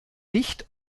dicht